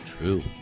True